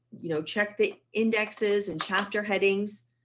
you know, check the indexes and chapter headings.